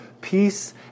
peace